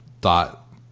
dot